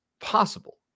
possible